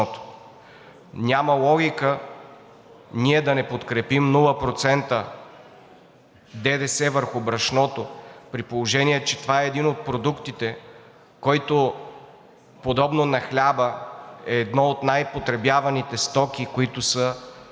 Няма логика ние да не подкрепим 0% ДДС върху брашното, при положение че това е един от продуктите, който подобно на хляба е едно от най-потребяваните стоки, които се